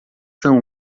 são